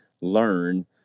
learn